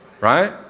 Right